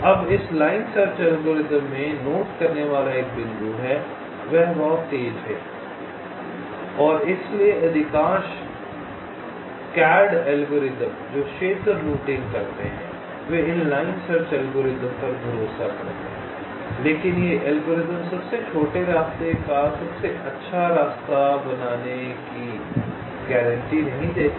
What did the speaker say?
अब इस line search algorithm में नोट करने वाला एक बिंदु है वे बहुत तेज़ हैं और इसलिए अधिकांश CAD एल्गोरिदम जो क्षेत्र रूटिंग करते हैं वे इन लाइन सर्च एल्गोरिदम पर भरोसा करते हैं लेकिन ये एल्गोरिदम हमेशा सबसे छोटे रास्ते का सबसे अच्छा रास्ता बनाने की गारंटी नहीं देते हैं